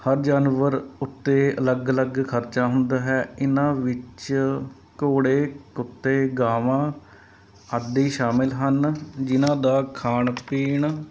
ਹਰ ਜਾਨਵਰ ਉੱਤੇ ਅਲੱਗ ਅਲੱਗ ਖਰਚਾ ਹੁੰਦਾ ਹੈ ਇਹਨਾਂ ਵਿੱਚ ਘੋੜੇ ਕੁੱਤੇ ਗਾਵਾਂ ਆਦਿ ਸ਼ਾਮਿਲ ਹਨ ਜਿਨ੍ਹਾਂ ਦਾ ਖਾਣ ਪੀਣ